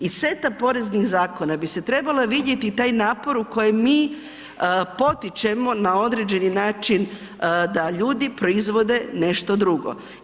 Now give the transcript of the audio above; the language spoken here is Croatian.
Iz seta poreznih zakona bi se trebao vidjeti taj napor u kojem mi potičemo na određeni način da ljudi proizvode nešto drugo.